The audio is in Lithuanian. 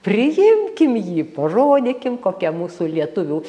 priimkim jį parodykim kokie mūsų lietuvių